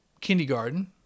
kindergarten